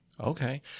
Okay